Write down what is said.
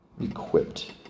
equipped